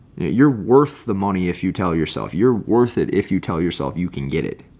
you're worth the money. if you tell yourself you're worth it if you tell yourself you can get it,